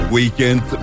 Weekend